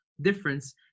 difference